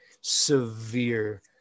severe